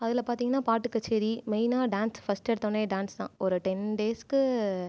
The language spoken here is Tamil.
அதில் பார்த்திங்கன்னா பாட்டு கச்சேரி மெயினாக டான்ஸ் ஃபர்ஸ்ட் எடுத்த உடனே டான்ஸ் தான் ஒரு டென் டேஸுக்கு